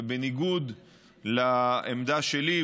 ובניגוד לעמדה שלי,